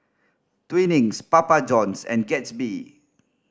Twinings Papa Johns and Gatsby